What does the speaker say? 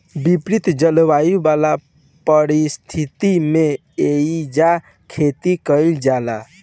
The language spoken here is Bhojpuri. विपरित जलवायु वाला परिस्थिति में एइजा खेती कईल जाला